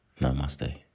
Namaste